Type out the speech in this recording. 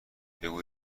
بگو